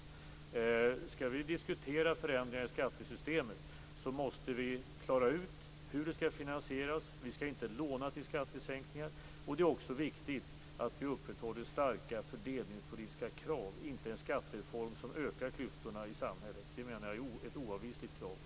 Om vi skall diskutera förändringar i skattesystemet måste vi klara ut hur det hela skall finansieras - vi skall inte låna till skattesänkningar. Vidare är det viktigt att vi upprätthåller starka fördelningspolitiska krav, inte en skattereform som ökar klyftorna i samhället. Det är, menar jag, ett oavvisligt krav.